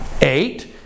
eight